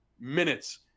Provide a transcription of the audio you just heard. minutes